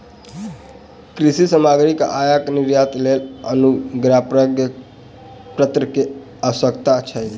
कृषि सामग्री के आयात निर्यातक लेल अनुज्ञापत्र के आवश्यकता छल